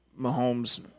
Mahomes